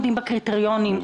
למה הם לא עומדים בקריטריונים?